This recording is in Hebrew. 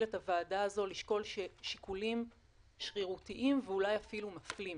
את הוועדה הזאת לשקול שיקולים שרירותיים ואולי אפילו מפלים,